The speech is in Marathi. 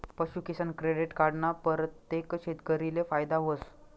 पशूकिसान क्रेडिट कार्ड ना परतेक शेतकरीले फायदा व्हस